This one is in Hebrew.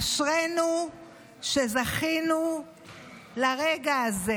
אשרינו שזכינו לרגע הזה.